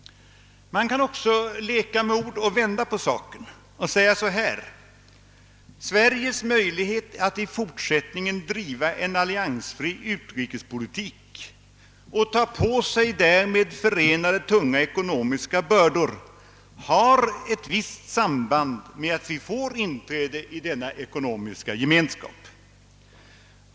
Man kan också leka med ord och med en vändning på hela frågan säga så här: Sveriges möjligheter att i fortsättningen driva en alliansfri utrikespolitik och ta på sig därmed förenade tunga ekonomiska bördor har ett visst samband med att vi får inträde i denna ekonomiska gemenskap.